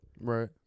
Right